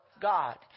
God